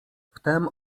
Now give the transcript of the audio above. wtem